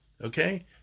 Okay